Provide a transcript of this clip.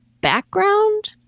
background